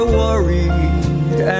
worried